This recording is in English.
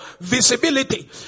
visibility